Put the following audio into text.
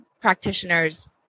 practitioners